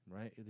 Right